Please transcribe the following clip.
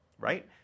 right